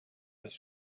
his